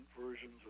versions